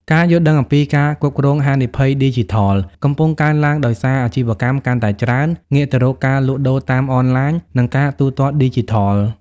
ការយល់ដឹងអំពីការគ្រប់គ្រងហានិភ័យឌីជីថល កំពុងកើនឡើង ដោយសារអាជីវកម្មកាន់តែច្រើនងាកទៅរកការលក់ដូរតាមអនឡាញ និងការទូទាត់ឌីជីថល។